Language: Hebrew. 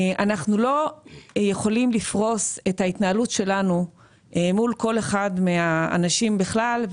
אנחנו לא יכולים לפרוס את ההתנהלות שלנו מול כל אחד מהאנשים בכלל,